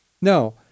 No